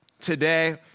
today